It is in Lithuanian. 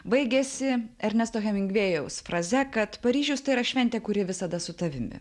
baigiasi ernesto hemingvėjaus fraze kad paryžius tai yra šventė kuri visada su tavimi